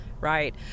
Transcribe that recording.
Right